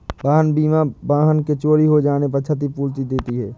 वाहन बीमा वाहन के चोरी हो जाने पर क्षतिपूर्ति देती है